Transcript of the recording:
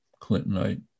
Clintonite